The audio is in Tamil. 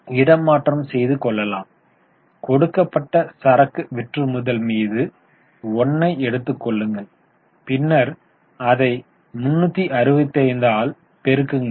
இதை நாம் இடமாற்றம் செய்து கொள்ளலாம் கொடுக்கப்பட்ட சரக்கு விற்றுமுதல் மீது 1 ஐ எடுத்துக் கொள்ளுங்கள் பின்னர் அதை 365 ஆல் பெருக்குங்கள்